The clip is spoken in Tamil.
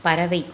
பறவை